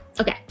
okay